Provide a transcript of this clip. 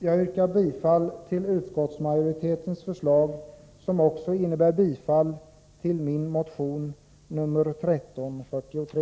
Jag yrkar bifall till utskottsmajoritetens förslag, som också innebär bifall till min och Bo Forslunds motion 1343.